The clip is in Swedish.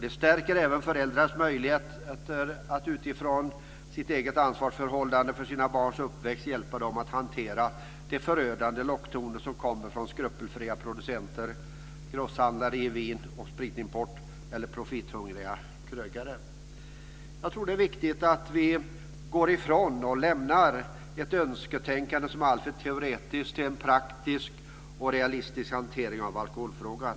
Det stärker även föräldrarnas möjligheter att utifrån sitt eget ansvarsförhållande när det gäller barnens uppväxt hjälpa dessa att hantera de förödande locktoner som kommer från de skrupelfria producenterna; grosshandlare i vin och spritimport eller profithungriga krögare. Jag tror att det är viktigt att vi lämnar ett önsketänkande som är alltför teoretiskt och i stället har en praktisk, realistisk hantering av alkoholfrågan.